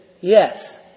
yes